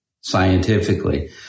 scientifically